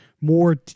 more